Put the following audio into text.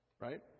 right